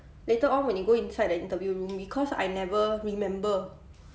later on when you go inside the interview room because I never remember